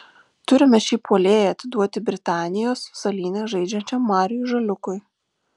turime šį puolėją atiduoti britanijos salyne žaidžiančiam mariui žaliūkui